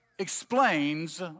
explains